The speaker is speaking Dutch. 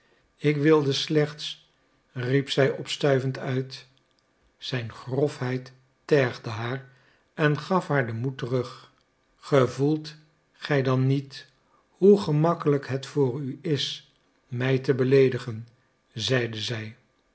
ik wilde slechts riep zij opstuivend uit zijn grofheid tergde haar en gaf haar den moed terug gevoelt gij dan niet hoe gemakkelijk het voor u is mij te beleedigen zeide zij